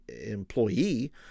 employee